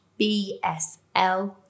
bsl